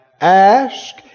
ask